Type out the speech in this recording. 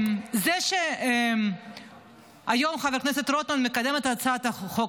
זה שהיום חבר הכנסת רוטמן מקדם את הצעת החוק,